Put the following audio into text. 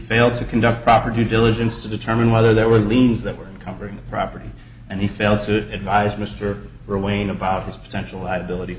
failed to conduct proper due diligence to determine whether there were liens that were covering the property and he failed to advise mr wayne about his potential liability